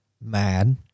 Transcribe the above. Mad